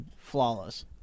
Flawless